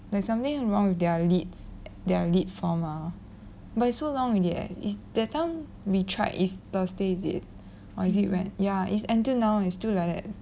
there's something wrong with their leads their lead form ah but it's so long already eh is that time we tried it's thursday is it or is it wednesday ya it's until now it's still like that